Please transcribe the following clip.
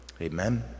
Amen